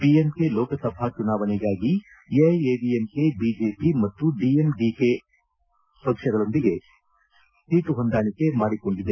PMK Lok Sabha ಚುನಾವಣೆಗಾಗಿ AIADMK BJP ಮತ್ತು DMDK ಪಕ್ಷಗಳೊಂದಿಗೆ ಸೀಟು ಹೊಂದಾಣಿಕೆ ಮಾಡಿಕೊಂಡಿದೆ